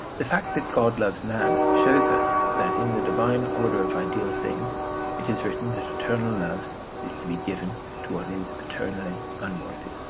the fact that god loves man shows us that in the divine order of ideal things it is written that eternal love is to be given to what is eternally unworthy.